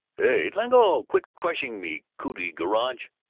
hey, leggo, quit crushing me cootie-garage,